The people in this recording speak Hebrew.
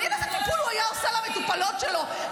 מעניין איזה טיפול הוא היה עושה למטופלות שלו,